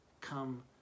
come